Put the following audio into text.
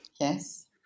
Yes